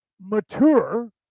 mature